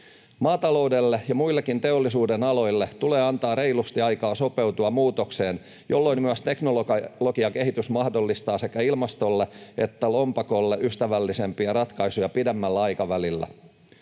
Maataloudelle ja muillekin teollisuudenaloille tulee antaa reilusti aikaa sopeutua muutokseen, jolloin myös teknologiakehitys mahdollistaa sekä ilmastolle että lompakolle ystävällisempiä ratkaisuja pidemmällä aikavälillä.